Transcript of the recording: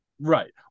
Right